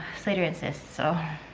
slater insists, so